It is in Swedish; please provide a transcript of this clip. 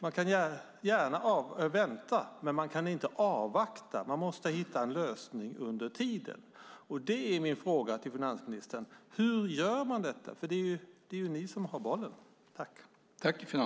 Man kan gärna vänta på EU, men man kan inte avvakta. Man måste hitta en lösning under tiden. Hur gör man detta? Det är ju ni som har bollen.